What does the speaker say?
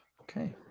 Okay